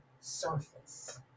surface